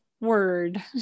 word